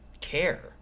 care